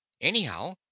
Anyhow